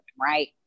Right